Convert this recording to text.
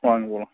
வாங்க போகலாம்